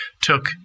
took